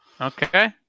Okay